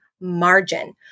margin